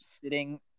sitting